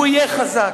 הוא יהיה חזק.